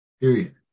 period